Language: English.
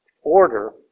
order